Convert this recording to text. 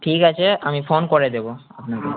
ঠিক আছে আমি ফোন করে দেবো আপনাকে